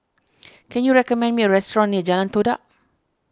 can you recommend me a restaurant near Jalan Todak